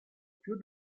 più